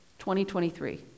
2023